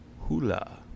hula